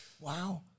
Wow